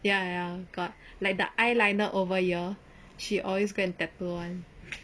ya ya ya got like the eyeliner over here she always go and tattoo [one]